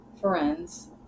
friends